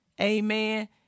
Amen